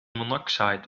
monoxide